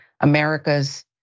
America's